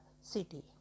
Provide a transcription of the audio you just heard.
city